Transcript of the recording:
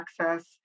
access